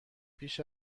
پیش